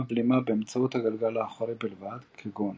בלימה באמצעות הגלגל האחורי בלבד כגון